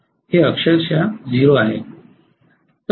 हे अक्षरशः 0 आहे